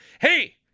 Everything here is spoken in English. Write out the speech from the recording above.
hey